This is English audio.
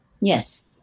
Yes